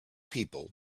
people